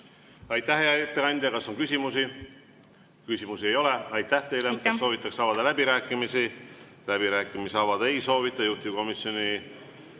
Aitäh, hea ettekandja! Kas on küsimusi? Küsimusi ei ole. Aitäh teile! Kas soovitakse avada läbirääkimisi? Läbirääkimisi avada ei soovita. Juhtivkomisjoni